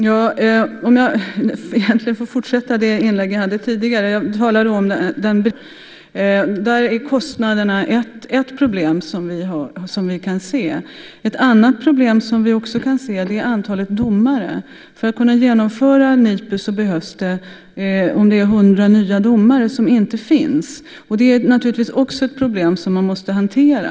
Fru talman! Jag tänker fortsätta det inlägg som jag tidigare gjorde. Jag talade om den beredning som nu faktiskt pågår, och vi kan där se att kostnaderna är ett problem. Ett annat problem som vi kan se är antalet domare. För att kunna genomföra NIPU behövs det 100 nya domare, och dessa finns inte. Det är naturligtvis också ett problem som man måste hantera.